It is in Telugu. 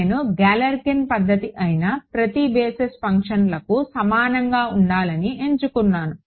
నేను గెలెర్కిన్ పద్ధతి అయిన ప్రతి బేసిస్ ఫంక్షన్లకు సమానంగా ఉండాలని ఎంచుకున్నాను